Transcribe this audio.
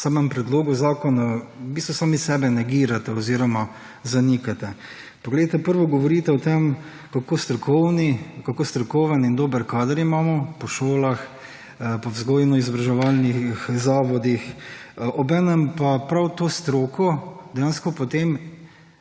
v samem predlogu zakona v bistvu sami sebe negirate oziroma zanikate. Poglejte, prvo govorite o tem, kako strokovni, kako strokoven in dober kader imamo po šolah, po vzgojno-izobraževalnih zavodih, obenem pa prav to stroko dejansko potem